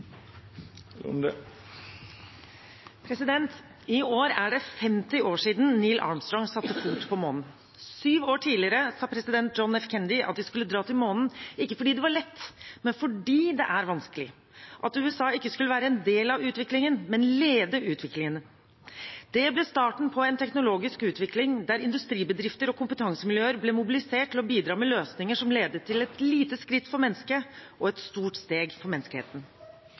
I år er det femti år siden Neil Armstrong satte en fot på månen. Syv år tidligere sa president John F. Kennedy at de skulle dra til månen – ikke fordi det var lett, men fordi det var vanskelig. USA skulle ikke være en del av utviklingen, men lede utviklingen. Det ble starten på en teknologisk utvikling der industribedrifter og kompetansemiljøer ble mobilisert til å bidra med løsninger som ledet til et lite skritt for mennesket og et stort steg for menneskeheten.